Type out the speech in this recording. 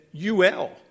UL